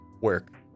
work